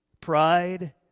pride